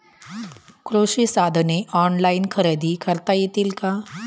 कृषी साधने ऑनलाइन खरेदी करता येतील का?